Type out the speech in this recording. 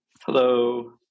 Hello